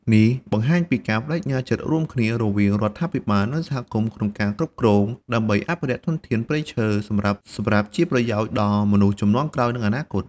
នេះបង្ហាញពីការប្ដេជ្ញាចិត្តរួមគ្នារវាងរដ្ឋាភិបាល និងសហគមន៍ក្នុងការគ្រប់គ្រង ដើម្បីអភិរក្សធនធានព្រៃឈើសម្រាប់ជាប្រយោជន៍ដល់មនុស្សជំនាន់ក្រោយ និងអនាគត។